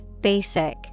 basic